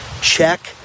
Check